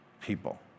people